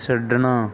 ਛੱਡਣਾ